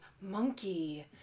monkey